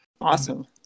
Awesome